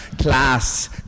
class